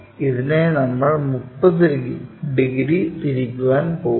ഇതിനെ നമ്മൾ 30 ഡിഗ്രി തിരിക്കാൻ പോകുന്നു